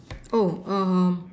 oh err